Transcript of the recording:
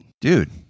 Dude